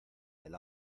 del